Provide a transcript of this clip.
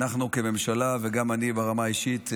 אנחנו כממשלה, וגם אני ברמה האישית,